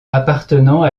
appartenant